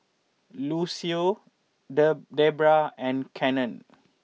Lucio De Debra and Cannon